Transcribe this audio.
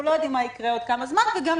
לא יודעים מה יקרה עוד כמה זמן; וגם,